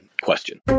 question